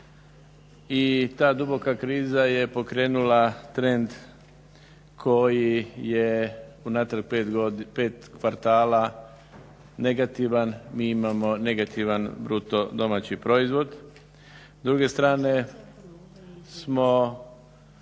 i ta duboka kriza je pokrenula trend koji je unatrag pet kvartala negativan. Mi imao negativan BDP, s druge strane smo